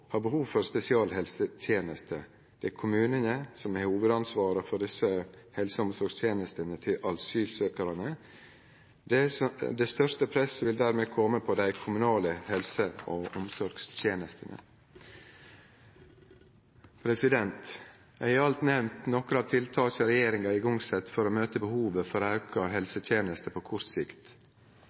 behov for spesialisthelsetenester. Det er kommunane som har hovudansvaret for desse helse- og omsorgstenestene til asylsøkjarane. Det største presset vil dermed kome på dei kommunale helse- og omsorgstenestene. Eg har alt nemnt nokre av tiltaka regjeringa har sett i gang for å møte behovet for auka helsetenester på kort sikt,